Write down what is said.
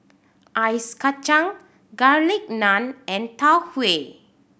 ice kacang Garlic Naan and Tau Huay